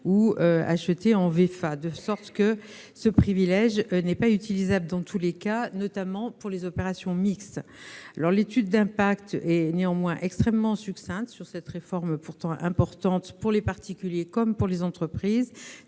acheter en VEFA. Ce privilège n'est donc pas utilisable dans tous les cas, notamment pas pour des opérations mixtes. L'étude d'impact est néanmoins extrêmement succincte sur cette réforme, pourtant importante pour les particuliers comme pour les entreprises